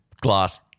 Glass